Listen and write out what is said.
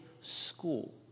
school